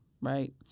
right